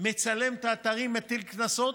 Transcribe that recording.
מצלם את האתרים, מטיל קנסות,